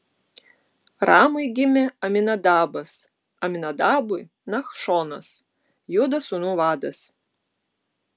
ramui gimė aminadabas aminadabui nachšonas judo sūnų vadas